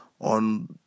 on